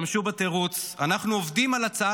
הם נעמדו על הרגליים